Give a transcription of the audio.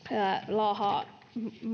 laahaa